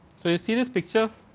so, you see this picture,